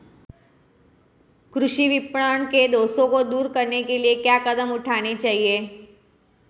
कृषि विपणन के दोषों को दूर करने के लिए क्या कदम उठाने चाहिए?